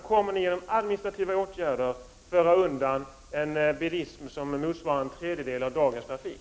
Kommer ni med hjälp av administrativa åtgärder att föra undan en bilism, som motsvarar en tredjedel av dagens trafik?